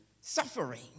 suffering